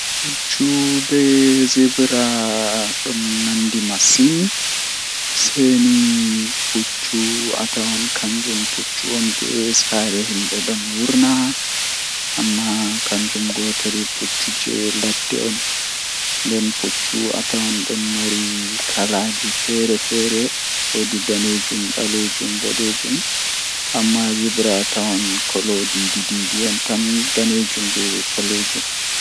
Zebras e laamu ɓe njifti ko fowru e joomi, jooni haɓɓude, e hoore, kadi. Zebras ɓe njifti ko ɗiɗi ko teddungal ɓe waawti jibbine e maɓɓe e hoore kadi. Laamu ɓe njifti ko fowru tuma, kadi zebras ɓe njifti e kadi jeexi wuyyi. Zebras ɓe njifti ko njangol ngal e maɓɓe e hoore, laamu ɓe njifti njangol ngal ko waawde jaɓɓude fowru. Tuma zebras ɓe njifti ko teddungal.